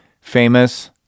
famous